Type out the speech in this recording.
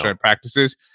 practices